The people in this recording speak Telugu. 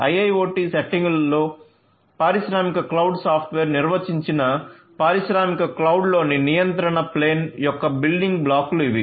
IIoT సెట్టింగులలో పారిశ్రామిక క్లౌడ్ సాఫ్ట్వేర్ నిర్వచించిన పారిశ్రామిక క్లౌడ్లోని నియంత్రణ ప్లేన్ యొక్క బిల్డింగ్ బ్లాక్లు ఇవి